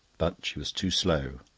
but she was too slow.